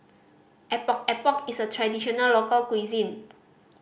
Epok Epok is a traditional local cuisine